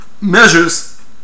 measures